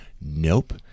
Nope